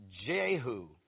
Jehu